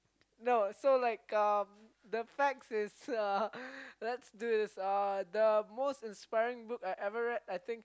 no so like um the facts is uh let's do this uh the most inspiring book I ever read I think